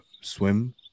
swim